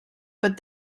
but